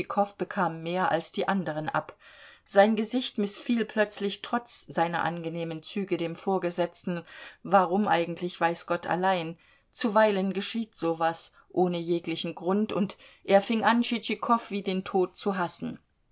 tschitschikow bekam mehr als die anderen ab sein gesicht mißfiel plötzlich trotz seiner angenehmen züge dem vorgesetzten warum eigentlich weiß gott allein zuweilen geschieht so was ohne jeglichen grund und er fing an tschitschikow wie den tod zu hassen